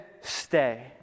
stay